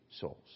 souls